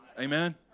Amen